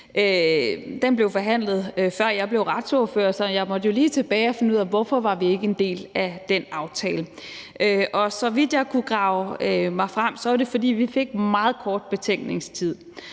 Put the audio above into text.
Den blev forhandlet, før jeg blev retsordfører, så jeg måtte lige tilbage for at finde ud af, hvorfor vi ikke var en del af den aftale. Så vidt jeg har kunnet grave mig frem til, var det, fordi vi fik meget kort betænkningstid.